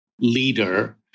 leader